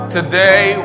Today